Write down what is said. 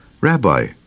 Rabbi